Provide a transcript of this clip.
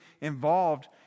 involved